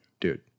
Dude